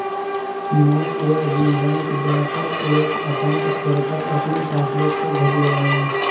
मै एक दिन बैंक जा कर एक एकाउंट खोलकर अपनी पासबुक को घर ले आया